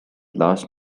last